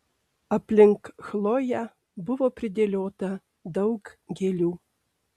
aplink chloję buvo pridėliota daug gėlių